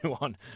on